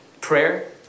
prayer